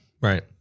Right